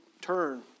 turn